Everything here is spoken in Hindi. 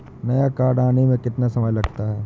नया कार्ड आने में कितना समय लगता है?